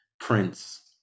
prince